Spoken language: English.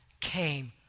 came